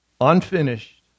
unfinished